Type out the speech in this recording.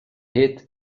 hit